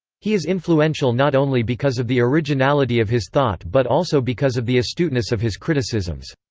he is influential not only because of the originality of his thought but also because of the astuteness of his criticisms.